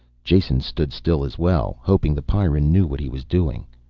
jason stood still as well, hoping the pyrran knew what he was doing.